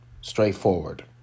straightforward